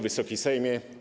Wysoki Sejmie!